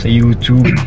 YouTube